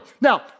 Now